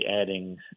adding